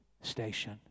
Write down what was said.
Station